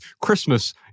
Christmas